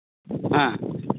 ᱦᱮᱸ